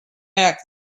back